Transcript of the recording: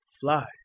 fly